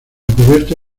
cubierta